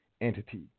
entity